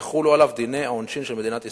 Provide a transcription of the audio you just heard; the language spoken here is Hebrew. יחולו עליו דיני העונשין של מדינת ישראל,